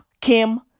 Kim